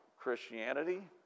Christianity